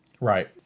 Right